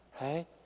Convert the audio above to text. Right